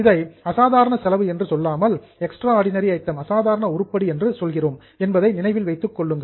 இதை அசாதாரண செலவு என்று சொல்லாமல் எக்ஸ்ட்ராடினரி ஐட்டம் அசாதாரண உருப்படி என்று சொல்கிறோம் என்பதை நினைவில் வைத்துக் கொள்ளுங்கள்